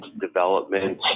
development